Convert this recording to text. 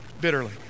bitterly